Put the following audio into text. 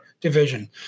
division